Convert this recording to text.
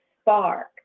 spark